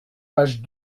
page